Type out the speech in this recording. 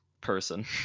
person